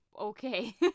Okay